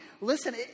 Listen